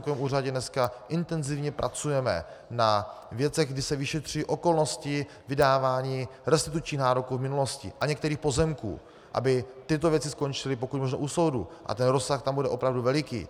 Na Státním pozemkovém úřadě dneska intenzivně pracujeme na věcech, kdy se vyšetřují okolnosti vydávání restitučních nároků v minulosti a některých pozemků, aby tyto věci skončily, pokud možno, u soudu, a ten rozsah tam bude opravdu veliký.